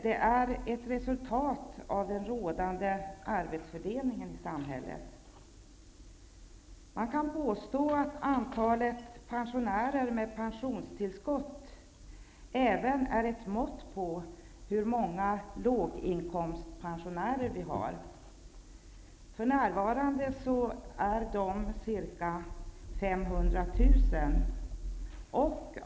Det är ett resultat av den rådande arbetsfördelningen i samhället. Man kan påstå att antalet pensionärer med pensionstillskott även är ett mått på hur många låginkomstpensionärer det finns. För närvarande är antalet ca 500 000.